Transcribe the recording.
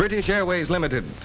british airways limited